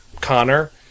Connor